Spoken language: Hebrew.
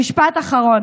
משפט אחרון